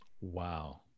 wow